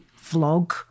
vlog